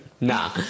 Nah